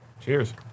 Cheers